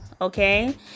Okay